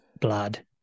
blood